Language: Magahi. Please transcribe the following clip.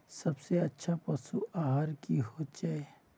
सबसे अच्छा पशु आहार की होचए?